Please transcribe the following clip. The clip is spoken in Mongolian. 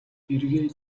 эргээд